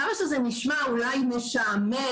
כמה שזה נשמע אולי משעמם,